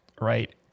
right